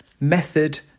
method